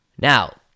Now